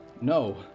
No